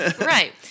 Right